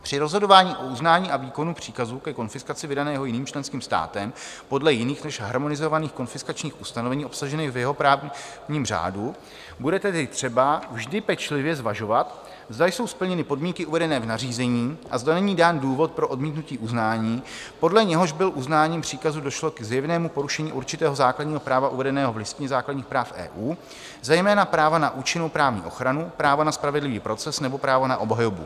Při rozhodování o uznání a výkonu příkazu ke konfiskaci vydaného jiným členským státem podle jiných než harmonizovaných konfiskačních ustanovení obsažených v jeho právním řádu bude třeba vždy pečlivě zvažovat, zda jsou splněny podmínky uvedené v nařízení a zda není dán důvod pro odmítnutí uznání, podle něhož by uznáním příkazu došlo k zjevnému porušení určitého základního práva uvedeného v Listině základních práv EU, zejména práva na účinnou právní ochranu, práva na spravedlivý proces nebo práva na obhajobu.